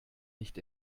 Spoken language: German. nicht